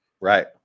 Right